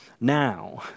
now